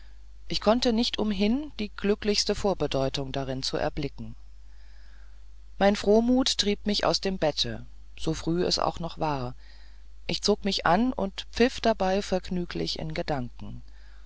ich konnte nicht umhin die glücklichste vorbedeutung darin zu erblicken mein frohmut trieb mich aus dem bette so früh es auch noch war ich zog mich an und pfiff dabei vergnüglich in gedanken